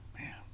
man